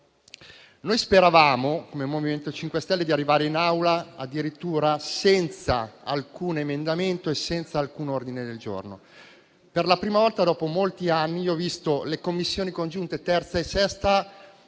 pandemia. Come MoVimento 5 Stelle speravamo di arrivare in Aula addirittura senza alcun emendamento e alcun ordine del giorno. Per la prima volta dopo molti anni, ho visto le Commissioni congiunte 3a e 6 a